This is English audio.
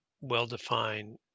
well-defined